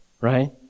Right